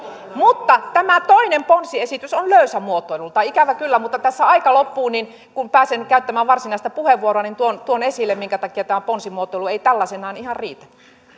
mutta tämä toinen ponsiesitys on löysä muotoilultaan ikävä kyllä tässä aika loppuu mutta kun pääsen käyttämään varsinaista puheenvuoroa niin tuon tuon esille minkä takia tämä ponsimuotoilu ei tällaisenaan ihan riitä